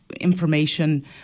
information